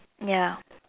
ya